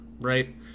right